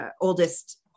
oldest